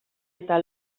eta